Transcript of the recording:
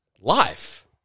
life